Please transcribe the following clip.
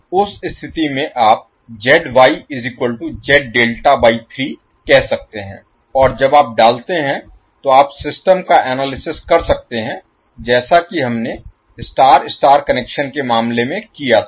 उस स्थिति में आप कह सकते हैं और जब आप डालते हैं तो आप सिस्टम का एनालिसिस कर सकते हैं जैसा कि हमने स्टार स्टार कनेक्शन के मामले में किया था